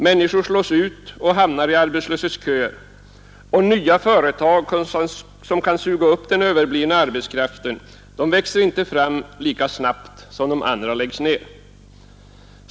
Människor slås ut och hamnar i arbetslöshetsköer, och nya företag som kan suga upp den överblivna arbetskraften växer inte fram lika snabbt som de andra läggs ned.